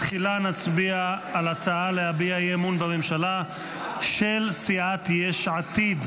בתחילה נצביע על ההצעה להביע אי-אמון בממשלה של סיעת יש עתיד.